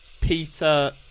Peter